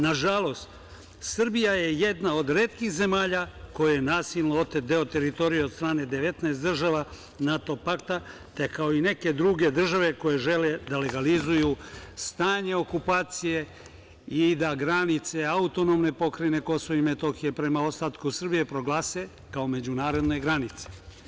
Nažalost, Srbija je jedna od retkih zemalja kojoj je nasilno otet deo teritorije od strane 19 država NATO pakta, te kao i neke druge države koje žele da legalizuju stanje okupacije i da granice AP Kosova i Metohije prema ostatku Srbije proglase kao međunarodne granice.